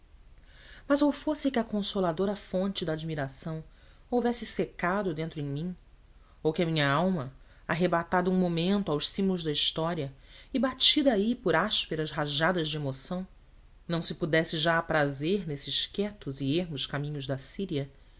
mas ou fosse que a consoladora fonte da admiração houvesse secado dentro em mim ou que a minha alma arrebatada um momento aos cimos da história e batida aí por ásperas rajadas de amoção não se pudesse já aprazer nestes quietos e ermos caminhos da síria